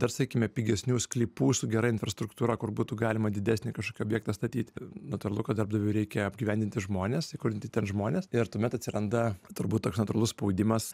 dar sakykime pigesnių sklypų su gera infrastruktūra kur būtų galima didesnį kažkokį objektą statyti natūralu kad darbdaviui reikia apgyvendinti žmones įkurdinti ten žmones ir tuomet atsiranda turbūt toks natūralus spaudimas